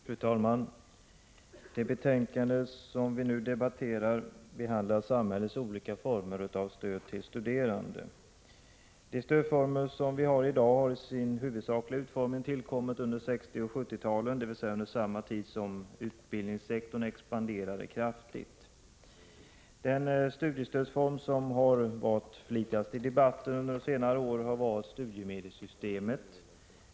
Fru talman! Det betänkande som vi nu debatterar behandlar samhällets olika former av stöd till studerande. De stödformer som vi har i dag har i sin huvudsakliga utformning tillkommit under 1960 och 1970-talen, dvs. under samma tid som utbildningssektorn expanderade kraftigt. Den studiestödsform som har debatterats mest under senare år har varit studiemedelssystemet.